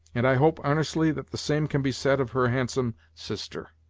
and i hope arnestly that the same can be said of her handsome sister.